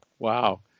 Wow